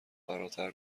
فراتر